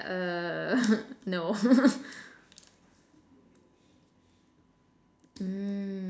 err no mm